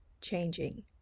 changing